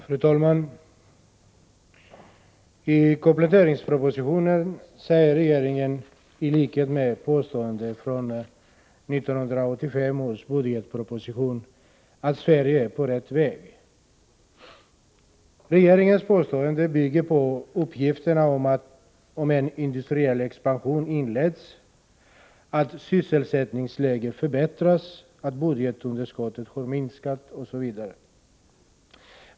Fru talman! I kompletteringspropositionen säger regeringen — i likhet med vad den påstår i 1985 års budgetproposition — att Sverige är på rätt väg. Regeringens påstående bygger på uppgifterna om att en industriell expansion har inletts, att sysselsättningsläget har förbättrats, att budgetunderskottet han minskat osv.